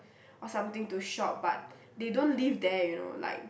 or something to shop but they don't live there you know like